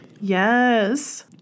Yes